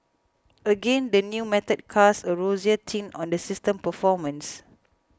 again the new method casts a rosier tint on the system's performance